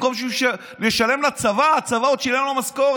במקום שהוא ישלם לצבא, הצבא עוד שילם לו משכורת.